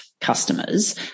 Customers